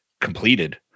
completed